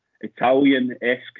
Italian-esque